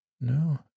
no